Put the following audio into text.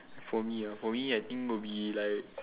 for me ah for me I think will be like